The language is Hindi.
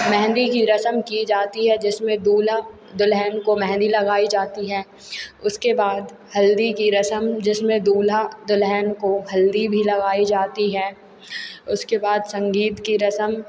मेहंदी की रस्म की जाती है जिसमें दुल्हा दुलहन को मेहँदी लगाई जाती है उसके बाद हल्दी की रस्म जिसमें दुल्हा दुलहन को हल्दी भी लगाई जाती है उसके बाद संगीत की रस्म